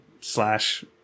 slash